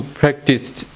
practiced